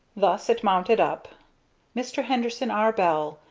thus it mounted up mr. henderson r. bell,